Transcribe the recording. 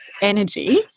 energy